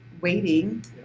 waiting